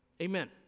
Amen